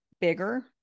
bigger